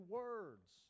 words